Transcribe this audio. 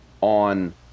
on